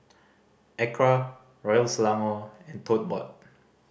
ACRA Royal Selangor and Tote Board